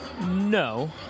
No